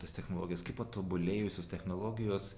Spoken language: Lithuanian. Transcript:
tos technologijos kai patobulėjusios technologijos